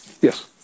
Yes